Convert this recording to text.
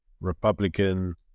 Republican